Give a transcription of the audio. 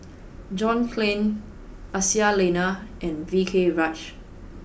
John Clang Aisyah Lyana and V K Rajah